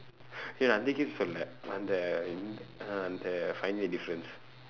eh அந்த:andtha game பத்தி சொல்லல அந்த அந்த அந்த:paththi sollala andtha andtha andtha find the difference